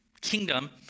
kingdom